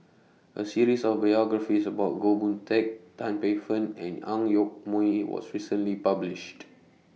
A series of biographies about Goh Boon Teck Tan Paey Fern and Ang Yoke Mooi was recently published